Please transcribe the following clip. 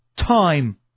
time